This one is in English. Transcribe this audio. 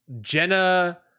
jenna